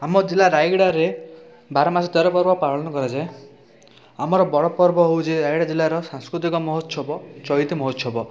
ଆମ ଜିଲ୍ଲା ରାୟଗଡ଼ାରେ ବାରମାସରେ ତେରପର୍ବ ପାଳନ କରାଯାଏ ଆମର ବରପର୍ବ ହେଉଛି ରାୟଗଡ଼ା ଜିଲ୍ଲାର ସାଂସ୍କୃତିକ ମହୋତ୍ସବ ଚଇତି ମହୋତ୍ସବ